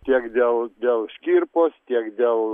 tiek dėl dėl škirpos tiek dėl